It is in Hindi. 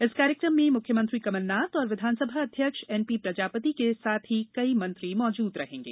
इस कार्यक्रम में मुख्यमंत्री कमलनाथ और विधानसभा अध्यक्ष एनपी प्रजापति के साथ ही कई मंत्री मौजूद रहेंगे